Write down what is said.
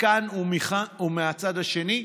מכאן ומהצד השני,